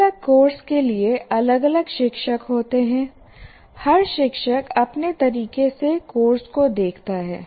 अलग अलग कोर्स के लिए अलग अलग शिक्षक होते हैं हर शिक्षक अपने तरीके से कोर्स को देखता है